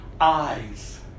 eyes